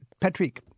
Patrick